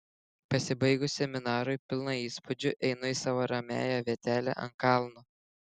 pasibaigus seminarui pilna įspūdžių einu į savo ramiąją vietelę ant kalno